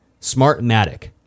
Smartmatic